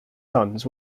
sons